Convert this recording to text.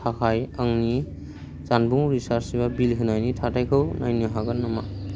थाखाय आंनि जानबुं रिचार्ज एबा बिल होनायनि थाथाइखौ नायनो हागोन नामा